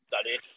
study